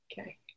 Okay